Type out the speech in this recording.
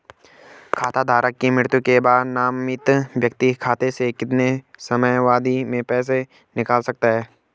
खाता धारक की मृत्यु के बाद नामित व्यक्ति खाते से कितने समयावधि में पैसे निकाल सकता है?